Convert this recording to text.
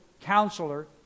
Counselor